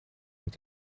mit